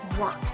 work